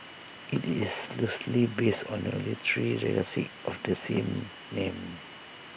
IT is loosely based on the literary classic of the same name